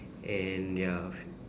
and there are